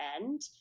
end